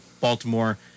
Baltimore